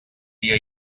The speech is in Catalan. dia